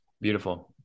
beautiful